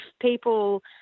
people